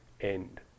end